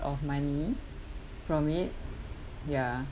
of money from it ya